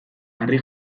harri